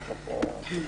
אנחנו פה.